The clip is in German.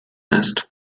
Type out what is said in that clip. ist